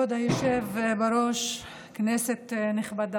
כבוד היושב-בראש, כנסת נכבדה,